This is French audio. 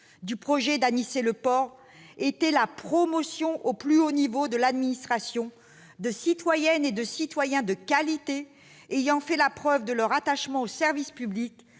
du projet d'Anicet Le Pors était la promotion aux plus hauts niveaux de l'administration de citoyennes et de citoyens de qualité, ayant fait la preuve de leur attachement au service public